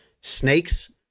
snakes